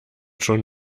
schon